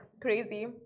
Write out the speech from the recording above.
crazy